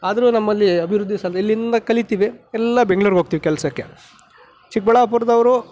ಆದರೂ ನಮ್ಮಲ್ಲಿ ಅಭಿವೃದ್ಧಿ ಸಂ ಇಲ್ಲಿಂದ ಕಲೀತೀವಿ ಎಲ್ಲ ಬೆಂಗ್ಳೂರ್ಗೆ ಹೋಗ್ತೀವಿ ಕೆಲಸಕ್ಕೆ ಚಿಕ್ಕಬಳ್ಳಾಪುರದವರು